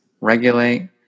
regulate